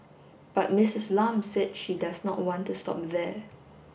but Missus Lam said she does not want to stop there